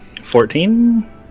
Fourteen